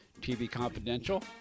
tvconfidential